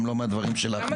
גם לא מהדברים שלך,